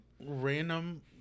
random